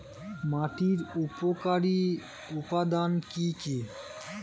মাটির উপকারী উপাদান কি কি?